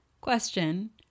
Question